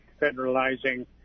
federalizing